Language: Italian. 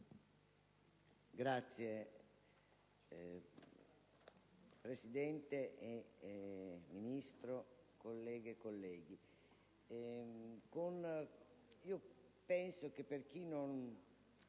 Signor Presidente, Ministro, colleghe e colleghi,